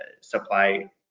supply